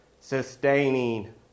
sustaining